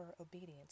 obedience